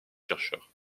chercheurs